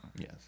Yes